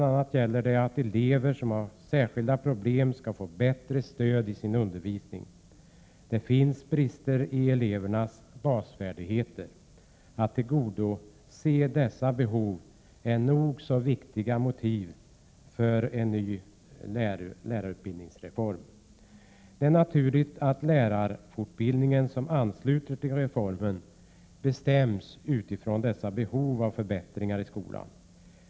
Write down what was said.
a. skall elever som har särskilda problem få bättre stöd i sin undervisning. Det finns brister i elevernas basfärdigheter. Att tillgodose dessa behov är nog så viktiga motiv för en ny lärarutbildningsreform. Det är naturligt att även lärarfortbildningen, som ansluter till reformen, bestäms utifrån dessa behov av förbättringar i skolan.